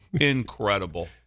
incredible